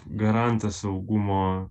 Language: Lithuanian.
garantas saugumo